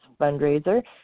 fundraiser